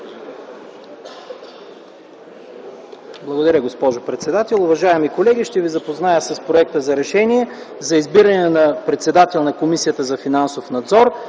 Благодаря, госпожо председател. Уважаеми колеги, ще ви запозная с проекта за „РЕШЕНИЕ за избиране на председател на Комисията за финансов надзор